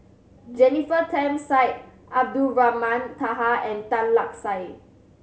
Jennifer Tham Syed Abdulrahman Taha and Tan Lark Sye